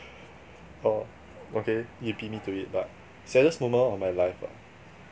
oh okay you beat me to it but saddest moment of my life ah